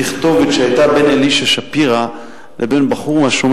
תכתובת שהיתה בין אלישע שפירא לבין בחור מ"השומר